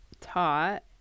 taught